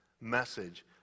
message